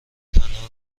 تنها